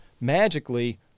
magically